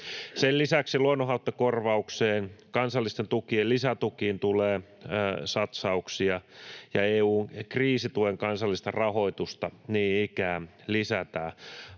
Sen lisäksi luonnonhaittakorvaukseen, kansallisten tukien lisätukiin tulee satsauksia ja EU-kriisituen kansallista rahoitusta niin ikään lisätään.